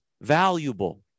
valuable